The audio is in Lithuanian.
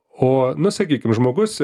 o nu sakykim žmogus